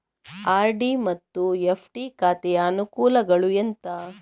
RD ಮತ್ತು FD ಖಾತೆಯ ಅನುಕೂಲಗಳು ಎಂತ?